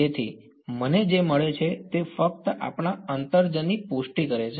તેથી મને જે મળે છે તે ફક્ત આપણા અંતર્જ્નની પુષ્ટિ કરે છે